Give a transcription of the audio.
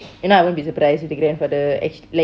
என்னா:enna I won't be surprised if the grandfather act like